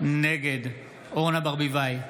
נגד אורנה ברביבאי,